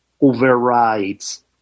overrides